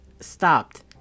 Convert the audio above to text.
stopped